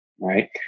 right